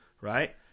right